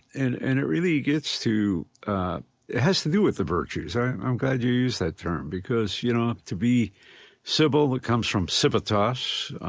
and and it really gets to it has to do with the virtues. i'm glad you used that term because, you know, to be civil comes from civitas